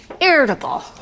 irritable